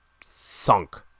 sunk